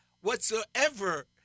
whatsoever